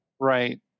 Right